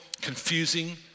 confusing